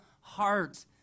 heart